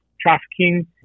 trafficking